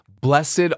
Blessed